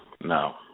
No